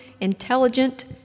intelligent